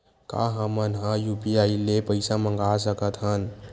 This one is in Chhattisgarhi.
का हमन ह यू.पी.आई ले पईसा मंगा सकत हन?